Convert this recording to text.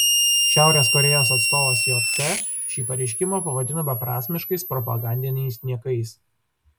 šiaurės korėjos atstovas jt šį pareiškimą pavadino beprasmiškais propagandiniais niekais